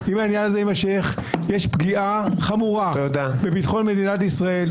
יש פגיעה חמורה בביטחון מדינת ישראל,